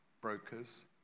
brokers